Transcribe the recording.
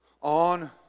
on